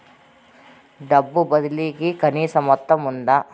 డబ్బు బదిలీ కి కనీస మొత్తం ఉందా?